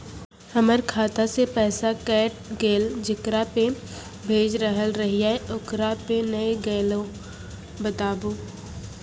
हमर खाता से पैसा कैट गेल जेकरा पे भेज रहल रहियै ओकरा पे नैय गेलै बताबू?